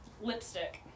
Lipstick